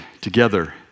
together